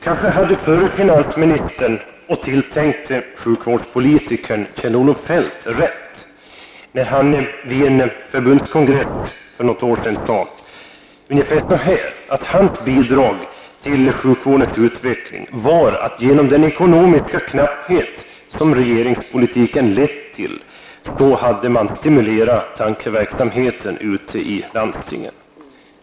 Kanske hade förre finansministern och tilltänkte sjukvårdspolitikern Kjell--Olof Feldt rätt när han vid en förbundskongress för något år sedan sade att hans bidrag till sjukvårdens utveckling var att genom den ekonomiska knapphet som regeringspolitiken lett till ha stimulerat tankeverksamheten i landstingen.